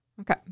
Okay